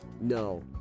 No